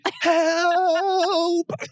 help